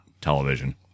television